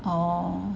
orh